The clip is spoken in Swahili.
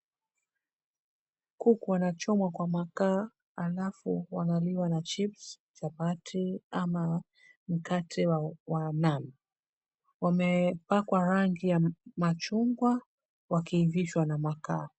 Kuku wanachomwa kwa makaa halafu wanaliwa na chipsi, chapati ama mkate wa naan. Wamepakwa rangi ya machungwa wakiivishwa na makaa.